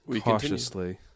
cautiously